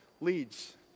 leads